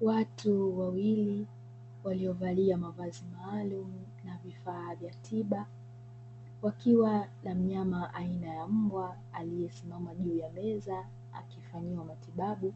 watu wawili waliovalia mavazi maalumu na vifaa vya tiba wakiwa na mnyama aina ya mbwa aliyesimama juu ya meza akifanyiwa matibabu,